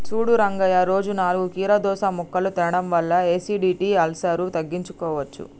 సూడు రంగయ్య రోజు నాలుగు కీరదోస ముక్కలు తినడం వల్ల ఎసిడిటి, అల్సర్ను తగ్గించుకోవచ్చు